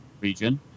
region